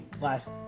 last